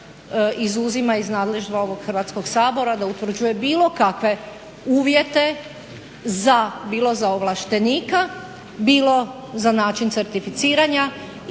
izuzima iz nadleždva ovog Hrvatskog sabora da utvrđuje bilo kakve uvjete bilo za ovlaštenika, bilo za način certificiranja